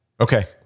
Okay